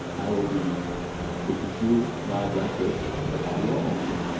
i will be speaking to you live like this, but audio-only,